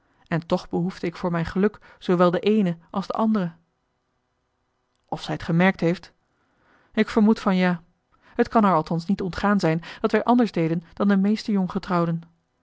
en toch behoefde ik voor mijn geluk zoowel de eene als de andere of zij t gemerkt heeft ik vermoed van ja het kan haar althans niet ontgaan zijn dat wij anders deden dan de meeste